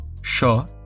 Sure